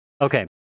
okay